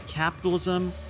Capitalism